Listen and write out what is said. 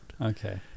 Okay